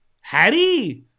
Harry